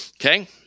Okay